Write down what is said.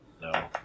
No